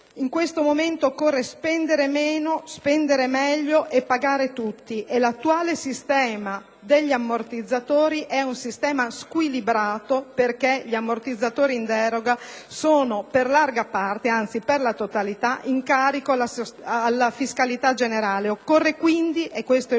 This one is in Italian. In questo momento occorre spendere meno, spendere meglio e pagare tutti. E l'attuale sistema degli ammortizzatori è squilibrato, perché gli ammortizzatori in deroga sono per larga parte, anzi per la totalità, in carico alla fiscalità generale.